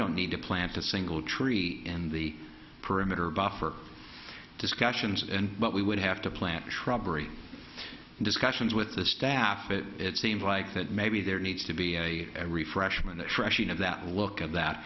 don't need to plant a single tree in the perimeter buffer discussions and what we would have to plant shrubbery discussions with the staff it seems like that maybe there needs to be a refreshment trashing of that look at that